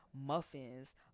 muffins